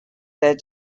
their